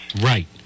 Right